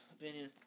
opinion